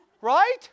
Right